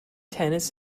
tennis